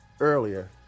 earlier